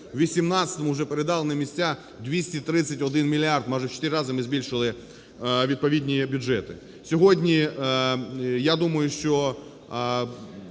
в 18-му вже передали на місця 231 мільярд, майже в 4 рази ми збільшили відповідні бюджети. Сьогодні, я думаю, що